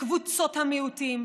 לקבוצות המיעוטים,